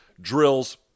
drills